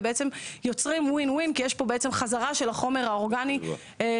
ובעצם יוצרים win win כי יש פה בעצם חזרה של החומר האורגני לקרקע.